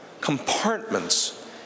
compartments